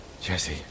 Jesse